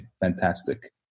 Fantastic